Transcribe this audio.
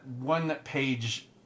one-page